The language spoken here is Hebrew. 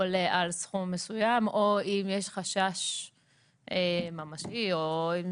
עולה על סכום מסוים או אם יש חשש ממשי או אם